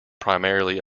primarily